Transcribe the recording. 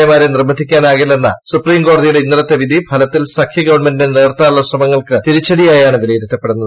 A മാരെ നിർബന്ധിക്കാനാകില്ലെന്ന സുപ്രീംകോടതിയുടെ ഇന്നലത്തെ വിധി ഫലത്തിൽ സഖ്യഗവൺമെന്റിനെ നിലനിർത്താനുള്ള ശ്രമങ്ങൾക്ക് തിരിച്ചടിയായാണ് വിലയിരുത്തപ്പെടുന്നത്